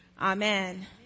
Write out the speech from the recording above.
Amen